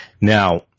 Now